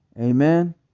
amen